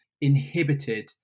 inhibited